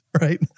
right